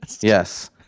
Yes